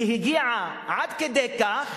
שהגיע עד כדי כך